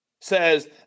says